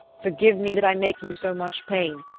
forgive me that i make you so much pain,